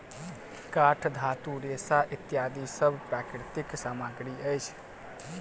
काठ, धातु, रेशा इत्यादि सब प्राकृतिक सामग्री अछि